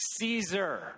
Caesar